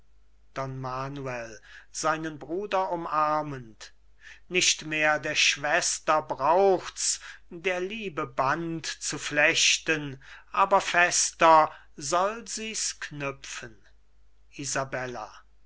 manuel seinen bruder umarmend nicht mehr der schwester braucht's der liebe band zu flechten aber fester soll sie's knüpfen